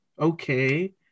okay